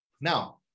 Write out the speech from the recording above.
Now